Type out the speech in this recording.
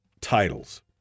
titles